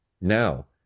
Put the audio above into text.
Now